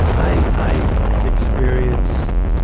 i, i experienced,